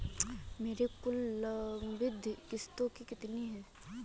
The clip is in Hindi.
मेरी कुल लंबित किश्तों कितनी हैं?